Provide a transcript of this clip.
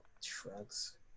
Shrugs